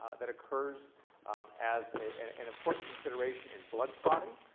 that occurs as an important consideration in blood clotting.